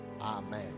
Amen